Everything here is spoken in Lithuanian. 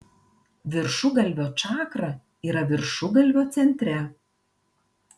viršugalvio čakra yra viršugalvio centre